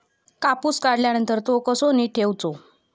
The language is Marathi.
कापूस काढल्यानंतर तो कसो नीट ठेवूचो?